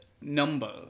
number